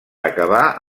acabar